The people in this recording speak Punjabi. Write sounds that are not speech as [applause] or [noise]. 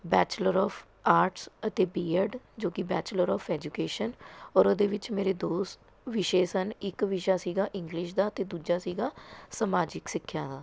ਬੈਚਲਰ ਔਫ਼ ਆਰਟਸ ਅਤੇ ਬੀ ਐੱਡ ਜੋ ਕਿ ਬੈਚਲਰ ਔਫ਼ ਐਜੂਕੇਸ਼ਨ ਔਰ ਉਹਦੇ ਵਿੱਚ ਮੇਰੇ ਦੋ [unintelligible] ਵਿਸ਼ੇ ਸਨ ਇੱਕ ਵਿਸ਼ਾ ਸੀ ਇੰਗਲਿਸ਼ ਦਾ ਅਤੇ ਦੂਜਾ ਸੀ ਸਮਾਜਿਕ ਸਿੱਖਿਆ ਦਾ